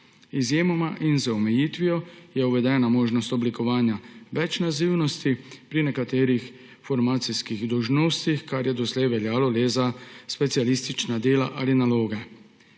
Izjemoma in z omejitvijo je uvedena možnost oblikovanja večnazivnosti pri nekaterih formacijskih dolžnostih, kar je doslej veljalo le za specialistična dela ali naloge.